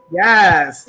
yes